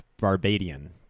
Barbadian